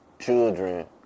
children